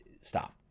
Stop